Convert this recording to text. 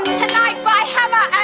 tonight by hammer